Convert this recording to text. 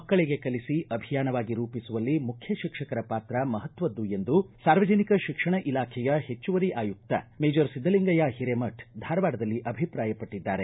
ಮಕ್ಕಳಿಗೆ ಕಲಿಸಿ ಅಭಿಯಾನವಾಗಿ ರೂಪಿಸುವಲ್ಲಿ ಮುಖ್ಯ ಶಿಕ್ಷಕರ ಪಾತ್ರ ಮಹತ್ವದ್ದು ಎಂದು ಎಂದು ಸಾರ್ವಜನಿಕ ಶಿಕ್ಷಣ ಇಲಾಖೆಯ ಹೆಚ್ಚುವರಿ ಆಯುಕ್ತ ಮೇಜರ್ ಸಿದ್ದಲಿಂಗಯ್ಯ ಹಿರೇಮಠ ಧಾರವಾಡದಲ್ಲಿ ಅಭಿಪ್ರಾಯಪಟ್ಟದ್ದಾರೆ